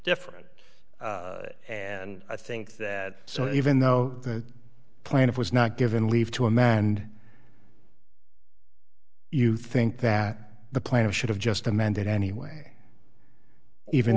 different and i think that so even though the plaintiff was not given leave to a man and you think that the planet should have just amended anyway even